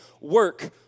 work